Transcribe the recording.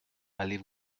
allez